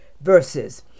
verses